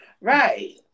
Right